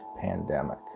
pandemic